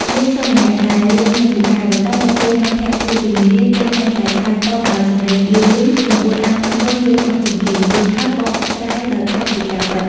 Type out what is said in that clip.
មានសិស្សម្នាក់ដែលរៀនមិនពូកែ ប៉ុន្តែនៅពេលមិត្តភក្ដិសួរពីមេរៀន គេតែងតែឆ្លើយតបដោយសំឡេងឮៗ និងអួតអាងថាខ្លួនយល់ច្បាស់ជាងគេ រួចហើយបកស្រាយដោយខុសពីការពិត។